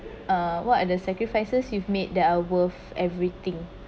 uh what are the sacrifices you've made that are worth everything